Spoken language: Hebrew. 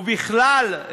ובכלל,